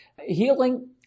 Healing